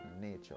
nature